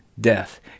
death